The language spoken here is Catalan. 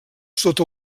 sota